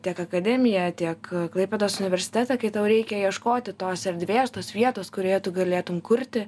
tiek akademiją tiek klaipėdos universitetą kai tau reikia ieškoti tos erdvės tos vietos kurioje tu galėtum kurti